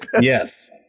Yes